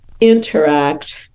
interact